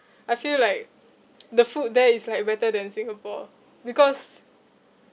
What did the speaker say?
I feel like the food there is like better than singapore because